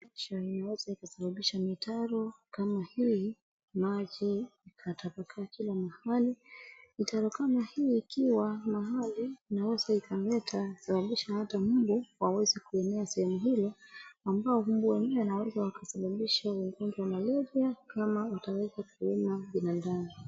Picha yoze ikasababisha mitaro kama hili, maji yakatapakaa kila mahali. Mitaro kama hii ikiwa mahali, inaweza ikaleta, ikasababisha hata mbu waweze kuenea sehemu hilo ambayo mbu wenyewe wanaweza wakasababisha ugonjwa wa malaria kama wataweza kuuma binadamu.